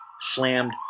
slammed